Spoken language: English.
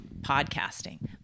podcasting